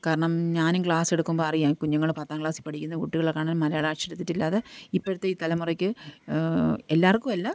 കാരണം ഞാനും ക്ലാസ്സെടുക്കുമ്പോള് അറിയാം ഈ കുഞ്ഞുങ്ങള് പത്താം ക്ലാസ്സില് പഠിക്കുന്ന കുട്ടികൾക്കാണേലും മലയാളം അക്ഷരത്തെറ്റില്ലാതെ ഇപ്പോഴത്തെ ഈ തലമുറയ്ക്ക് എല്ലാവർക്കുമല്ല